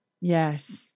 Yes